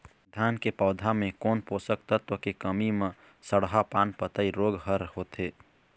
धान के पौधा मे कोन पोषक तत्व के कमी म सड़हा पान पतई रोग हर होथे?